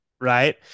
right